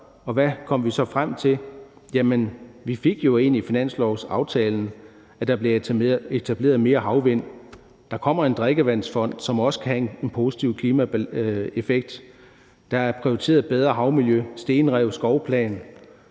Og hvad kom vi så frem til? Vi fik jo ind i finanslovsaftalen, at der bliver etableret mere havvind, og at der kommer en drikkevandsfond, som også kan have en positiv klimaeffekt; der er prioriteret et bedre havmiljø, stenrev, en skovplan,